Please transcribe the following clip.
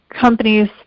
companies